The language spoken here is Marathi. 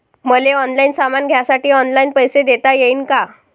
मले ऑनलाईन सामान घ्यासाठी ऑनलाईन पैसे देता येईन का?